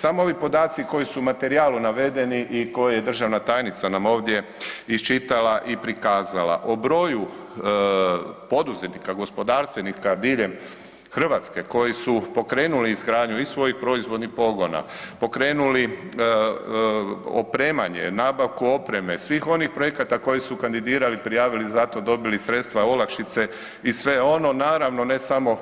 Samo ovi podaci koji su u materijalu navedeni i koje je državna tajnica nam ovdje iščitala i prikazala o broju poduzetnika, gospodarstvenika diljem Hrvatske koji su pokrenuli izgradnju iz svojih proizvodnih pogona, pokrenuli opremanje, nabavku opreme, svih onih projekata koji su kandidirali i prijavili i za to dobili sredstva, olakšice i sve ono, naravno ne samo